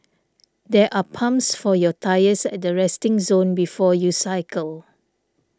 there are pumps for your tyres at the resting zone before you cycle